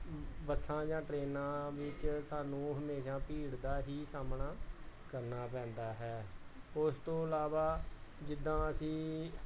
ਬੱਸਾਂ ਜਾਂ ਟਰੇਨਾਂ ਵਿੱਚ ਸਾਨੂੰ ਹਮੇਸ਼ਾ ਭੀੜ ਦਾ ਹੀ ਸਾਹਮਣਾ ਕਰਨਾ ਪੈਂਦਾ ਹੈ ਉਸ ਤੋਂ ਇਲਾਵਾ ਜਿੱਦਾਂ ਅਸੀਂ